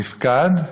מפקד,